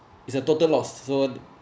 it's a total loss so